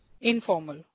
Informal